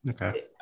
Okay